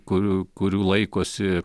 kurių kurių laikosi